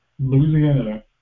Louisiana